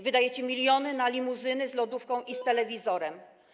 Wydajecie miliony na limuzyny z lodówką i z telewizorem.